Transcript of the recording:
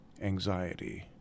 anxiety